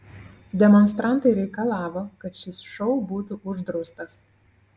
demonstrantai reikalavo kad šis šou būtų uždraustas